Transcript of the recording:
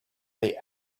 they